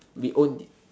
we own th~